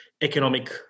economic